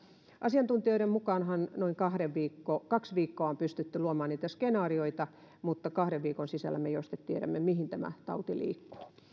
asiantuntijoiden mukaanhan noin kaksi viikkoa on pystytty luomaan niitä skenaarioita mutta kahden viikon sisällä me jo tiedämme mihin tämä tauti liikkuu